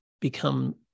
become